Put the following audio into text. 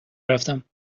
رفتم